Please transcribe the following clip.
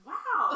Wow